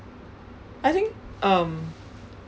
I think um